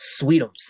Sweetums